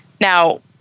Now